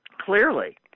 Clearly